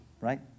Right